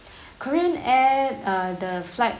korean air uh the flight